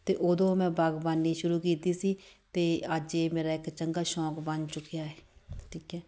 ਅਤੇ ਉਦੋਂ ਮੈਂ ਬਾਗਬਾਨੀ ਸ਼ੁਰੂ ਕੀਤੀ ਸੀ ਅਤੇ ਅੱਜ ਇਹ ਮੇਰਾ ਇੱਕ ਚੰਗਾ ਸ਼ੌਂਕ ਬਣ ਚੁੱਕਿਆ ਹੈ ਠੀਕ ਹੈ